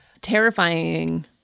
terrifying